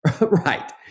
Right